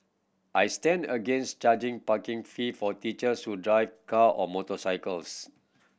i stand against charging parking fee for teachers who drive car or motorcycles